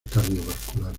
cardiovasculares